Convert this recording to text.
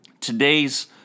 Today's